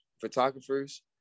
photographers